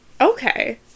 Okay